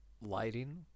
Lighting